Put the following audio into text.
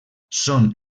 són